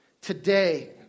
today